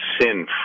sin